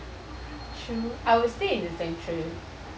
true I would stay in the central